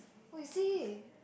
what you say